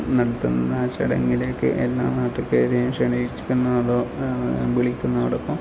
നടത്തുന്ന ആ ചടങ്ങിലേക്ക് എല്ലാ നാട്ടുകാരെയും ക്ഷണിക്കുന്നതോ വിളിക്കുന്നതോടൊപ്പം